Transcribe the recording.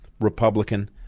Republican